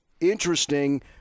interesting